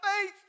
faith